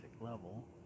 level